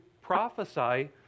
prophesy